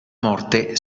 morte